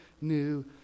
new